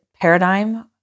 paradigm